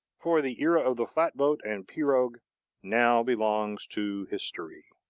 for the era of the flatboat and pirogue now belongs to history.